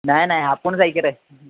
नाही नाही आपण जाऊया की रे